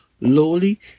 lowly